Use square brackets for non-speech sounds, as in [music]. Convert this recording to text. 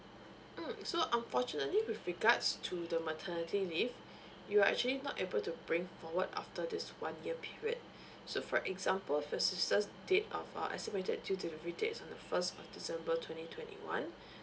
mm so fortunately with regards to the maternity leave you are actually not able to bring forward after this one year period [breath] so for example if of your sister date of uh estimated due to the date on the first of december twenty twenty one